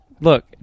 Look